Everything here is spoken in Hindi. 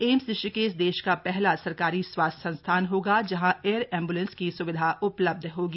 एम्स ऋषिकेश देश का पहला सरकारी स्वास्थ्य संस्थान होगा जहां एअर एम्ब्लेन्स की स्विधा उपलब्ध होगी